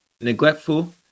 neglectful